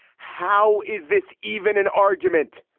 how is this even an argument?